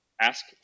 ask